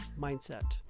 mindset